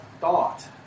thought